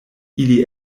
ili